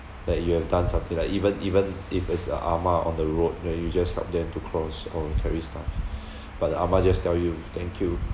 that you have done something like even even if it's a ah ma on the road where you just help them to cross or carry stuff but the ah ma just tell you thank you